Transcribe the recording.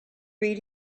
read